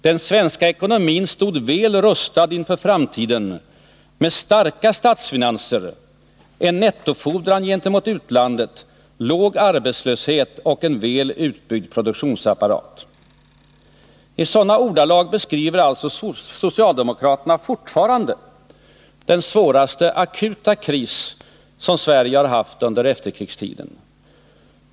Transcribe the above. Den svenska Torsdagen den ekonomin stod väl rustad inför framtiden med starka statsfinanser, en 20 november 1980 nettofordran gentemot utlandet, låg arbetslöshet och en väl utbyggd I sådana ordalag beskriver alltså socialdemokraterna fortfarande den svåraste akuta kris Sverige har haft under efterkrigstiden.